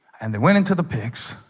and they went into the pigs